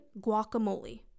guacamole